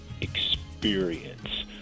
experience